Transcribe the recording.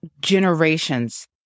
generations